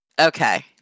Okay